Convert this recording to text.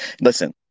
Listen